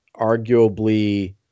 arguably